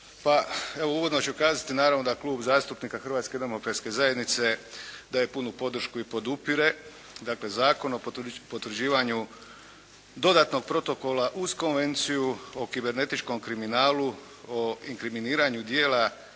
Pa evo uvodno ću kazati, naravno da Klub zastupnika Hrvatske demokratske zajednice daje punu podršku i podupire dakle Zakon o potvrđivanju dodatnog protokola uz Konvenciju o kibernetičkom kriminalu, o inkriminiranju djela